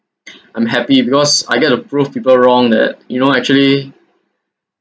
I'm happy because I get to prove people wrong that you know actually